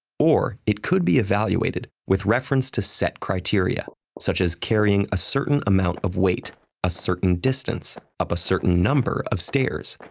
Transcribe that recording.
or it could be evaluated with reference to set criteria, such as carrying a certain amount of weight a certain distance up a certain number of stairs.